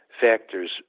factors